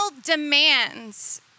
demands